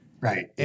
right